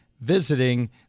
visiting